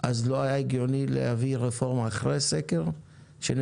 אז לא היה הגיוני להעביר רפורמה אחרי סקר כשיש